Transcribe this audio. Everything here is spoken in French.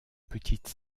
petite